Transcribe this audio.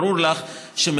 ברור לך שמחקר,